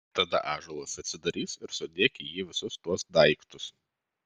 tada ąžuolas atsidarys ir sudėk į jį visus tuos daiktus